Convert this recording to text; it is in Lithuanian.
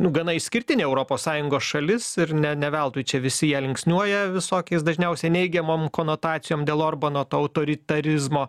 nu gana išskirtinė europos sąjungos šalis ir ne ne veltui čia visi ją linksniuoja visokiais dažniausiai neigiamom konotacijom dėl orbano to autoritarizmo